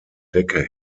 decke